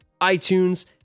iTunes